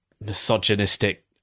misogynistic